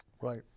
Right